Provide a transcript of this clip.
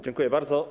Dziękuję bardzo.